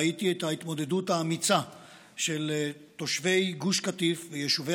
ראיתי את ההתמודדות האמיצה של תושבי גוש קטיף ויישובי